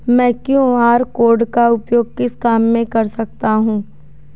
मैं QR code का उपयोग किस काम में कर सकता हूं?